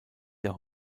der